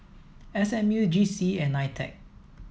S M U G C E and NITEC